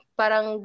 parang